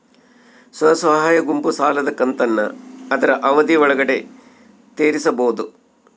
ಸ್ವಸಹಾಯ ಗುಂಪು ಸಾಲದ ಕಂತನ್ನ ಆದ್ರ ಅವಧಿ ಒಳ್ಗಡೆ ತೇರಿಸಬೋದ?